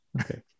okay